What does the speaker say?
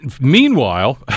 Meanwhile